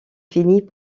finit